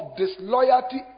disloyalty